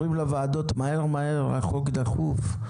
אומרים לוועדות מהר מהר, החוק דחוף,